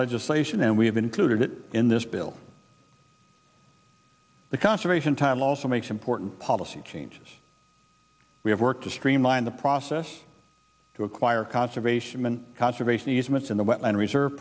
legislation and we have included it in this bill the conservation time also makes important policy changes we have worked to streamline the process to acquire conservation conservation easements in the wetland reserve